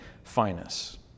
finest